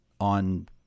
on –